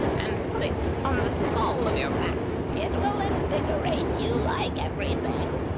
and put it on the small of your back, it will invigorate you like every thing,